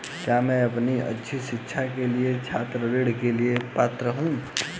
क्या मैं अपनी उच्च शिक्षा के लिए छात्र ऋण के लिए पात्र हूँ?